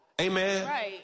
Amen